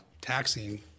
taxing